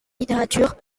littérature